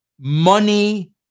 money